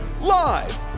Live